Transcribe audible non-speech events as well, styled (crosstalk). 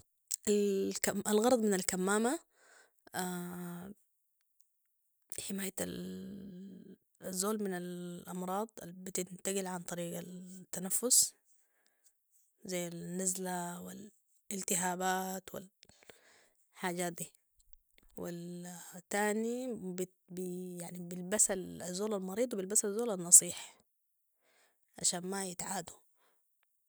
- الغرض من الكمامة (hesitation) حماية (hesitation) الزول من الأمراض البتنتقل عن طريق التنفس ذي النزلة والالتهابات والحاجات دي و (hesitation) تاني (hesitation) يعني بيلبسا الزول المريض ويلبسا الزول النصيح عشان ما يتعادو